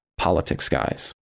politicsguys